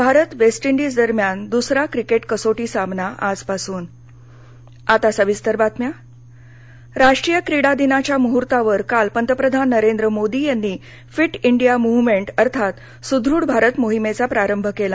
Bharat West Indies दरम्यान द्रसरा cricket कसोटी सामना आजपासून फिट इंडिया मव्हमेंट राष्ट्रीय क्रीडा दिनाच्या मुहूर्तावर काल पंतप्रधान नरेंद्र मोदी यांनी फिट इंडिया मुव्हमेंट अर्थात सुदूढ भारत मोहिमेचा प्रारंभ केला